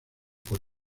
con